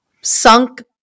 sunk